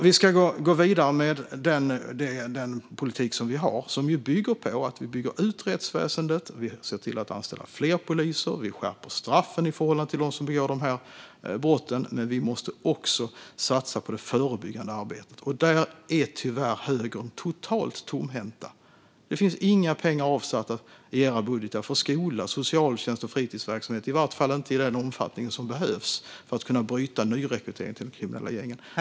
Vi ska gå vidare med den politik vi har och fortsätta bygga ut rättsväsendet, anställa fler poliser och skärpa straffen i förhållande till dem som begår dessa brott. Men vi måste också satsa på det förebyggande arbetet. Högern är tyvärr totalt tomhänta där och har inga pengar avsatta i budgeten för skola, socialtjänst eller fritidsverksamhet, i varje fall inte i den omfattning som behövs för att bryta nyrekryteringen till de kriminella gängen.